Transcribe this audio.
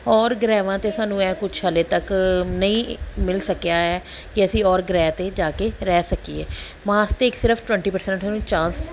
ਔਰ ਗ੍ਰਹਿਵਾਂ 'ਤੇ ਸਾਨੂੰ ਇਹ ਕੁਛ ਹਜੇ ਤੱਕ ਨਹੀਂ ਮਿਲ ਸਕਿਆ ਹੈ ਕਿ ਅਸੀਂ ਔਰ ਗ੍ਰਹਿ 'ਤੇ ਜਾ ਕੇ ਰਹਿ ਸਕੀਏ ਮਾਰਸ 'ਤੇ ਇੱਕ ਸਿਰਫ਼ ਟਵੇਂਟੀ ਪਰਸੈਂਟ ਸਾਨੂੰ ਚਾਂਸ